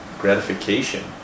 gratification